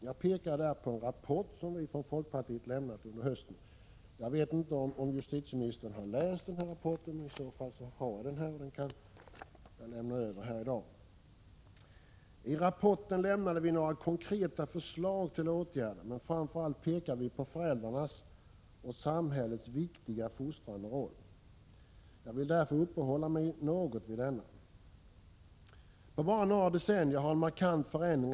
Jag pekade då på en rapport som vi från folkpartiet lämnat under hösten. Jag vet inte om justitieministern har läst denna rapport; jag har den här och kan lämna över den nu i dag. I rapporten lämnade vi några konkreta förslag till åtgärder, men framför allt pekade vi på föräldrarnas och samhällets viktiga fostrande roll. Jag vill därför uppehålla mig något vid denna. På bara några decennier har en markant förändring ägt rum vad gäller — Prot.